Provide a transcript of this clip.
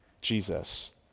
Jesus